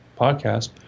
podcast